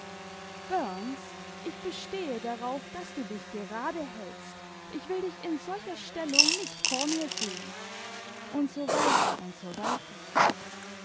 ich bestehe darauf daß du dich gerade hältst ich will dich in solcher stellung nicht vor mir sehen u s w u s w